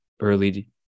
early